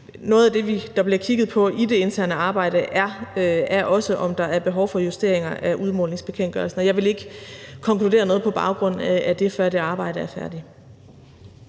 Noget af det, der bliver kigget på i det interne arbejde, er også, om der er behov for justeringer af udmålingsbekendtgørelsen. Jeg vil ikke konkludere noget på baggrund af det, før det arbejde er færdigt.